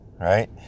Right